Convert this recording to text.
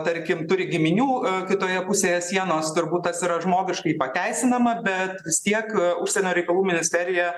tarkim turi giminių kitoje pusėje sienos turbūt tas yra žmogiškai pateisinama bet vis tiek užsienio reikalų ministerija